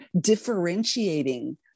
differentiating